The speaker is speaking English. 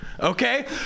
Okay